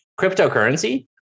cryptocurrency